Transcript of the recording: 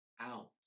out